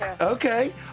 Okay